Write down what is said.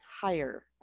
higher